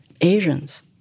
Asians